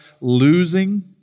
losing